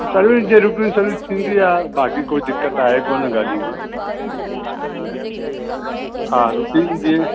service जे रूप में सर्विस थींदी आहे बाक़ी कोई दिक़त आहे कोन्हे गाॾी में हा रुटीन जीअं